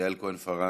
יעל כהן-פארן,